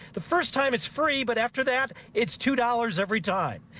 the first time it's free but after that it's two dollars every time.